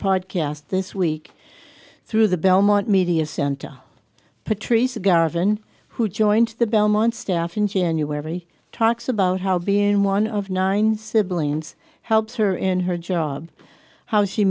podcast this week through the belmont media center patrice garvan who joined the belmont staff in january talks about how being one of nine siblings helps her in her job how she